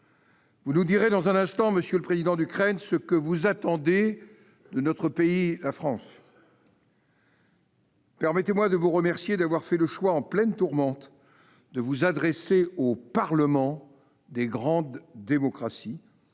Vous nous direz dans un instant, monsieur le président de l'Ukraine, ce que vous attendez de notre pays, la France. Permettez-moi de vous remercier d'avoir fait le choix, en pleine tourmente, de vous adresser aux parlements des grandes démocraties,